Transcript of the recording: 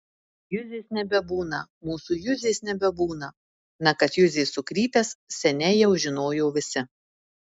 juzės nebebūna mūsų juzės nebebūna na kad juzė sukrypęs seniai jau žinojo visi